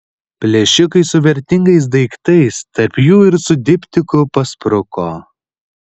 plėšikai su vertingais daiktais tarp jų ir su diptiku paspruko